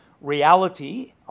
reality